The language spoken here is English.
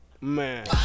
Man